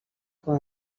com